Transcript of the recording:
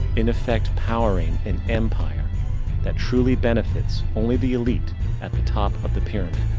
in effect powering an empire that truly benefits only the elite at the top of the pyramid.